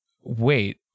wait